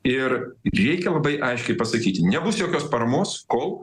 ir reikia labai aiškiai pasakyti nebus jokios paramos kol